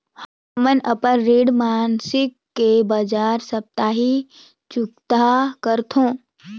हमन अपन ऋण मासिक के बजाय साप्ताहिक चुकता करथों